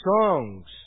songs